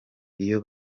iyo